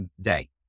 day